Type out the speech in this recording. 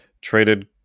Traded